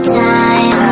time